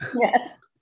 Yes